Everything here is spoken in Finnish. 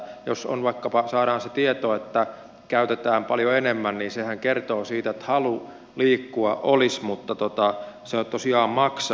jos vaikkapa saadaan se tieto että käytetään paljon enemmän niin sehän kertoo siitä että halu liikkua olisi mutta se tosiaan maksaa